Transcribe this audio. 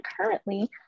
currently